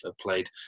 played